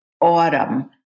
autumn